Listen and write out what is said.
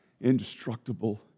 indestructible